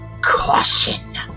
caution